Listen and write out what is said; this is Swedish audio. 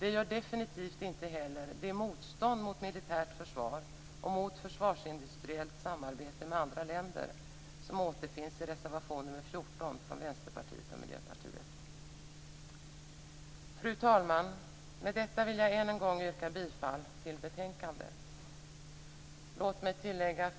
Det gör definitivt inte heller det motstånd mot militärt försvar och mot försvarsindustriellt samarbete med andra länder som återfinns i reservation nr 14 från Fru talman! Med detta vill jag än en gång yrka bifall till hemställan i betänkandet. Låt mig för